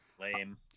Lame